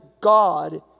God